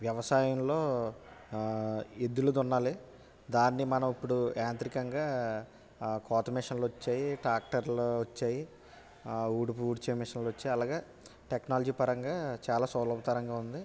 వ్యవసాయంలో ఎద్దులు దున్నాలి దాన్ని మనం ఇప్పుడు యాంత్రికంగా కోత మిషన్లు వచ్చాయి ట్రాక్టర్లు వచ్చాయి ఊడ్పు ఊడ్చే మిషన్లు వచ్చాయి అలాగే టెక్నాలజీ పరంగా చాలా సులభతరంగా ఉంది